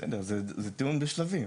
בסדר, זה טיעון בשלבים.